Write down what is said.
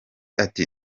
ati